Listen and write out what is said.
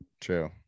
True